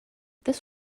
this